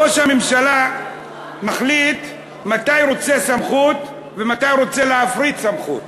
ראש הממשלה מחליט מתי הוא רוצה סמכות ומתי הוא רוצה להפריט סמכות.